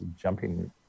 jumping